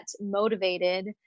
motivated